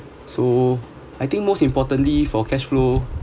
so I think most importantly for cash flow